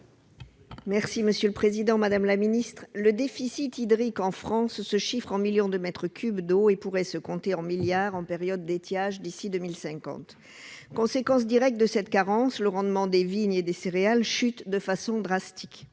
écologique et solidaire. Le déficit hydrique en France se chiffre en millions de mètres cubes d'eau ; il pourrait se compter en milliards, en période d'étiage, d'ici à 2050. Conséquence directe de cette carence, le rendement des vignes et des céréales chute de façon drastique.